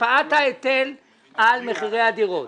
השפעת ההיטל על מחירי הדירות.